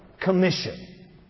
commission